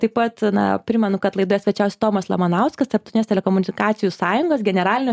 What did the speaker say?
taip pat na primenu kad laidoje svečiavosi tomas lamanauskas tarptautinės telekomunikacijų sąjungos generalinio